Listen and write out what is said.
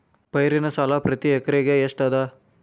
ಪೈರಿನ ಸಾಲಾ ಪ್ರತಿ ಎಕರೆಗೆ ಎಷ್ಟ ಅದ?